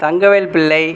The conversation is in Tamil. தங்கவேல் பிள்ளை